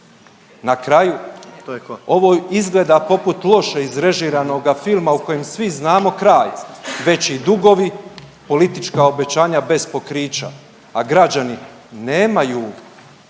Na kraju ovo izgleda poput loše izrežiranoga filma u kojem svi znamo kraj, veći dugovi, politička obećanja bez pokrića, a građani nemaju